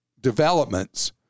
developments